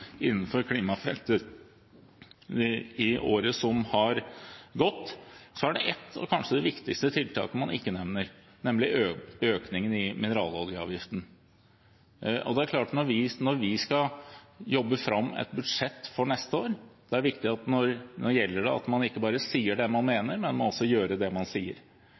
innenfor klimafeltet i året som har gått, er det ett tiltak – kanskje det viktigste – man ikke nevner, nemlig økningen i mineraloljeavgiften. Når vi skal jobbe fram et budsjett for neste år, er det viktig at det gjelder ikke bare å si det man mener, men at man også gjør det man sier.